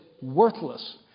worthless